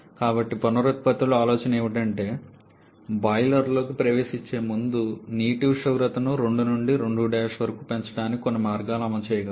కాబట్టి పునరుత్పత్తి ఆలోచన ఏమిటంటే బాయిలర్లోకి ప్రవేశించే ముందు నీటి ఉష్ణోగ్రతను 2 నుండి 2 వరకు పెంచడానికి కొన్ని మార్గాలను అమలుచేయగలము